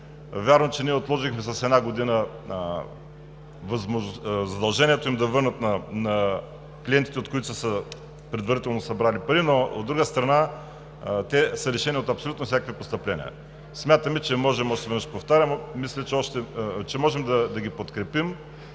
Вярно, че ние отложихме с една година задължението им да върнат на клиентите, от които предварително са събрали пари, но, от друга страна, те са лишени от абсолютно всякакви постъпления. Смятаме, че можем, още